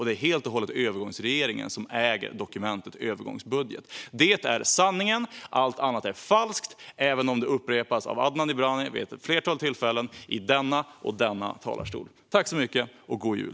Det är helt och hållet övergångsregeringen som äger dokumentet övergångsbudget. Det är sanningen. Allt annat är falskt även om det upprepas av Adnan Dibrani vid ett flertal tillfällen i denna talarstol eller i talarstolen för repliker. Tack så mycket, och god jul!